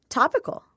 topical